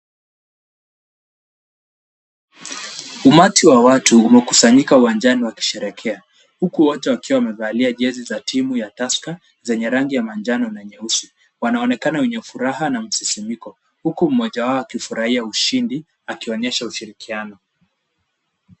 Umati wa watu umekusanyika uwanjani ukisherehekea huku wote wakiwa wamevalia jezi za timu ya Tusker zenye rangi ya manjano na nyeusi. Wanaonekana wenye furaha na msisimuko huku mmoja wao akifurahia ushindi akionyesha ushirikiano.